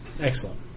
Excellent